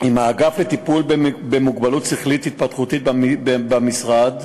עם האגף לטיפול במוגבלות שכלית-התפתחותית במשרד,